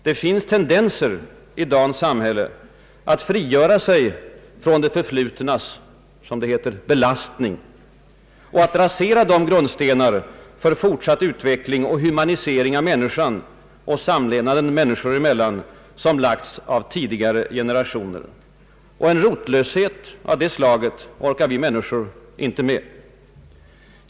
Det finns tendenser i dagens samhälle att frigöra sig från det förflutnas — som det heter — belastning och att rasera de grundvalar för fortsatt utveckling och humanisering av människan och samlevnaden människor emellan som lagts av tidigare generationer. En rotlöshet av det slaget orkar vi männi skor inte med.